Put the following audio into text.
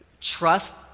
trust